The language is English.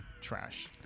trash